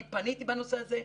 אני פניתי בנושא הזה.